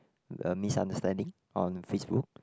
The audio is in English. a misunderstanding on FaceBook